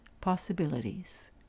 possibilities